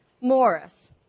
Morris